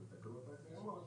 לתקנות הקיימות,